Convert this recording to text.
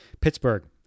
Pittsburgh